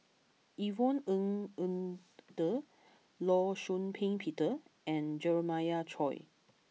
Yvonne Ng Uhde Law Shau Ping Peter and Jeremiah Choy